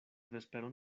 vesperon